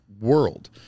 world